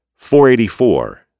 484